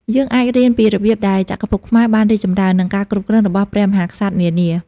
យើងអាចរៀនពីរបៀបដែលចក្រភពខ្មែរបានរីកចម្រើន និងការគ្រប់គ្រងរបស់ព្រះមហាក្សត្រនានា។